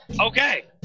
Okay